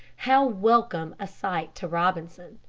how welcome a sight to robinson.